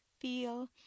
feel